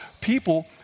people